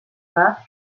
rough